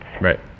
Right